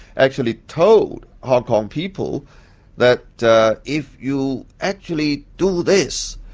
actually told hong kong people that if you actually do this,